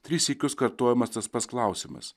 tris sykius kartojamas tas pats klausimas